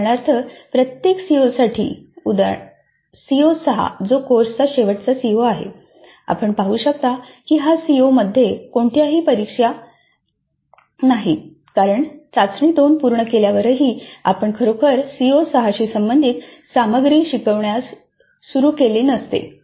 उदाहरणार्थ सीओ 6 जो कोर्सचा शेवटचा सीओ आहे आपण पाहु शकतो की हा सी ओ मध्ये कोणतीही परीक्षा नाही कारण आपण चाचणी 2 पूर्ण केल्यावरही आपण खरोखर सीओ 6 शी संबंधित सामग्री शिकवण्यास सुरू केली नसते